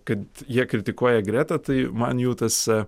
kad jie kritikuoja gretą tai man jų tas